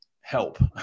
help